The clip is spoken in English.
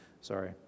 Sorry